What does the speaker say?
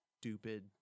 stupid